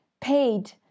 paid